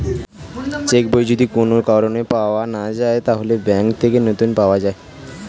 check বই যদি কোন কারণে পাওয়া না যায়, তাহলে ব্যাংক থেকে নতুন পাওয়া যায়